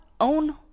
own